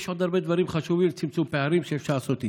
יש עוד הרבה דברים חשובים לצמצום פערים שאפשר לעשות איתם.